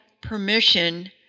permission